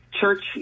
church